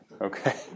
Okay